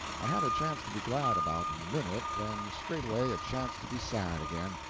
i had a chance to be glad about a minute, then straightway a chance to be sad again.